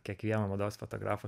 kiekvieno mados fotografo